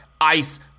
ice